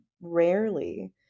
rarely